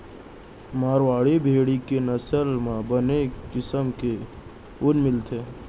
मारवाड़ी भेड़ी के नसल म बने किसम के ऊन मिलथे